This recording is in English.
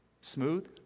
Smooth